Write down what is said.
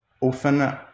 Often